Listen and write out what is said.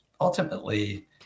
ultimately